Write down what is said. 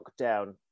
lockdown